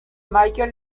michael